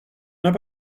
n’as